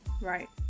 Right